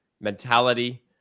mentality